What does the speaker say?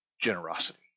generosity